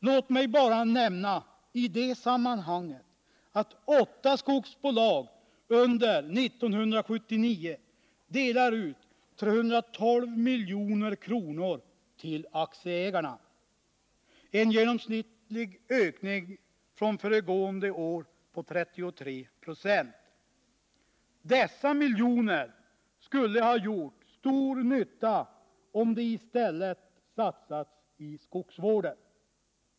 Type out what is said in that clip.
Låt mig bara nämna i det sammanhanget att åtta skogsbolag under 1979 delar ut 312 milj.kr. till aktieägarna, en genomsnittlig ökning från föregående år på 33 70. Dessa miljoner skulle ha gjort stor nytta, om de i stället satsats i skogsvården.